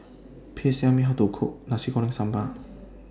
Please Tell Me How to Cook Nasi Goreng Sambal